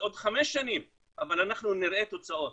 בעוד חמש שנים, אבל אנחנו נראה תוצאות.